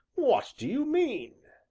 what do you mean?